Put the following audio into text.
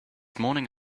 morning